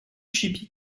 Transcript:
chipie